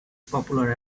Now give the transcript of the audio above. popular